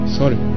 sorry